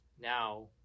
now